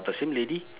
the same lady